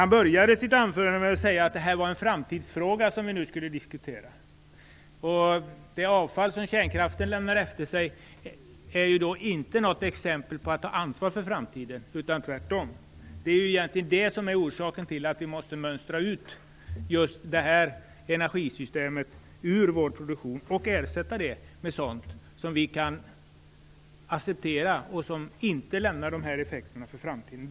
Han började sitt anförande med att säga att det var en framtidsfråga som vi nu skulle diskutera. Det avfall som kärnkraften lämnar efter sig är inte något exempel på att vi har tagit ansvar för framtiden, utan det är tvärtom orsaken till att vi måste mönstra ut just det energisystemet ur produktionen och ersätta det med sådant som vi kan acceptera och som inte lämnar de här effekterna för framtiden.